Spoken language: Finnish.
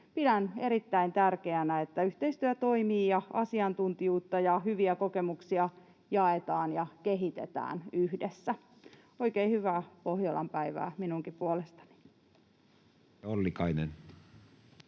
Pidän erittäin tärkeänä, että yhteistyö toimii ja asiantuntijuutta ja hyviä kokemuksia jaetaan ja kehitetään yhdessä. Oikein hyvää Pohjolan päivää minunkin puolestani! Edustaja